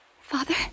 Father